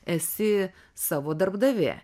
esi savo darbdavė